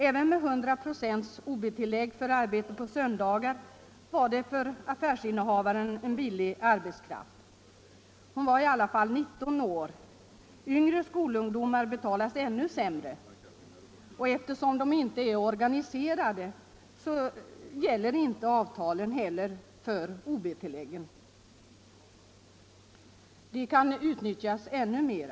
Även med 100 96 ob-tillägg för arbete på söndagar var hon en billig arbetskraft för affärsinnehavaren. Hon var i alla fall 19 år. Yngre skolungdomar betalas ännu sämre. Och eftersom de inte är organiserade gäller inte avtalens regler om ob-tillägg. De kan därför utnyttjas ännu mer.